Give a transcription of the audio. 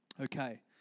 Okay